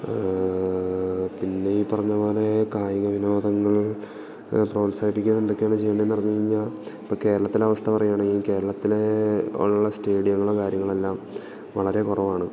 പിന്നെ ഈ പറഞ്ഞ പോലെ കായിക വിനോദങ്ങൾ പ്രോത്സാഹിപ്പിക്കാന് എന്തൊക്കെയാണു ചെയ്യണ്ടതെന്നു പറഞ്ഞുകഴിഞ്ഞാല് ഇപ്പോള് കേരളത്തിലെ അവസ്ഥ പറയാണെങ്കില് കേരളത്തിലെ ഉള്ള സ്റ്റേഡിയങ്ങളും കാര്യങ്ങളെല്ലാം വളരെ കുറവാണ്